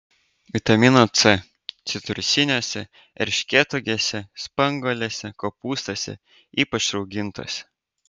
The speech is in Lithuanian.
vitamino c citrusiniuose erškėtuogėse spanguolėse kopūstuose ypač raugintuose